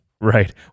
Right